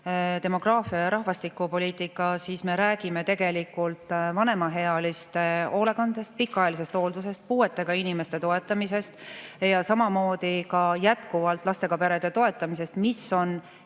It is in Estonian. demograafia ja rahvastikupoliitika, siis me räägime tegelikult vanemaealiste hoolekandest, pikaajalisest hooldusest, puuetega inimeste toetamisest ja samamoodi ka jätkuvalt lastega perede toetamisest, mis on eelmise